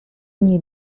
nie